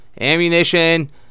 ammunition